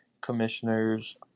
commissioners